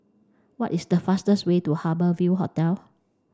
what is the fastest way to Harbour Ville Hotel